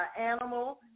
animal